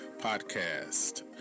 Podcast